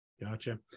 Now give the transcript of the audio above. Gotcha